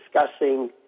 discussing